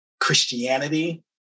Christianity